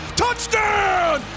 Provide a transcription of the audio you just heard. touchdown